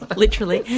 but literally?